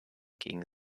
gegen